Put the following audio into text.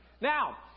Now